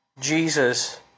Jesus